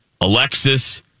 Alexis